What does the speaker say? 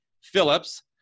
Phillips